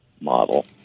model